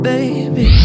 Baby